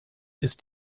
ist